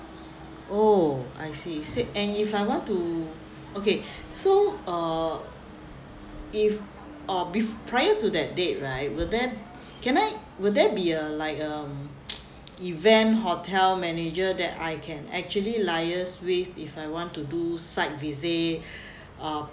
oh I see said and if I want to okay so uh if or bef~ prior to that date right will there can I will there be a like um event hotel manager that I can actually liaise with if I want to do site visit uh